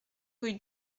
rue